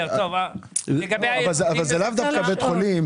זה לאו דווקא בית חולים.